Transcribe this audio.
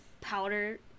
powder